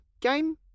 game